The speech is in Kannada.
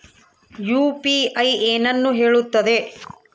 ಯು.ಪಿ.ಐ ಏನನ್ನು ಹೇಳುತ್ತದೆ?